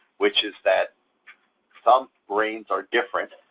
which is that some brains are different.